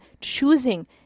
choosing